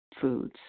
foods